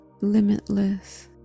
limitless